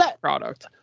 product